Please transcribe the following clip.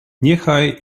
niechaj